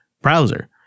browser